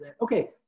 okay